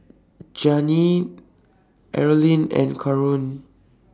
Jeanine Arlene and Karon